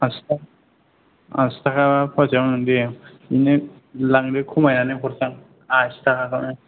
आसिथाखा आसिथाखा फवासेआव दे बिदिनो लांदो खमायनानै हरनोसां आसिथाखा खौनो